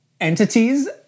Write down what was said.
entities